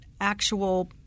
actual